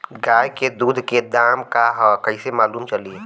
गाय के दूध के दाम का ह कइसे मालूम चली?